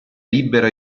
libero